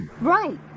Right